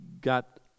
got